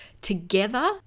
together